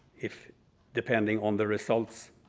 if depending on the results